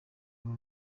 aba